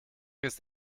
ist